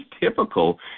typical